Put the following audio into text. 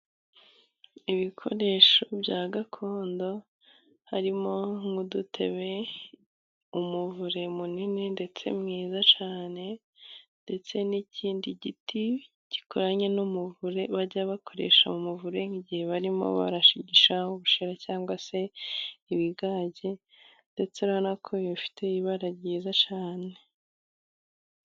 Ibikoresho bya gakondo harimo nk'udutebe, umuvure munini ndetse mwiza cyane, ndetse n'ikindi giti gikoranye n'umuvure bajya bakoresha mu muvure nk'igihe barimo barashigisha ubushera cyangwa se ibigage, ndetse nako bifite ibara ryiza cyane.